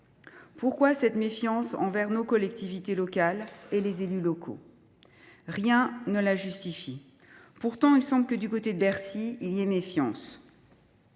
Pourquoi cette méfiance envers nos collectivités locales et les élus locaux ? Rien ne la justifie. Pourtant, il semble que du côté de Bercy, il y ait méfiance.